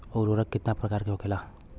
उर्वरक कितना प्रकार के होखेला?